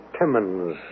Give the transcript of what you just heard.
Timmons